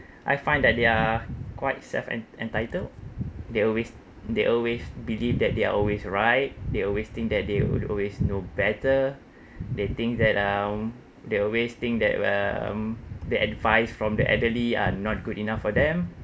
I find that they are quite self en~ entitled they always they always believe that they're always right they always think that they would always know better they think that um they always think that um the advice from the elderly are not good enough for them